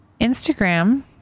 instagram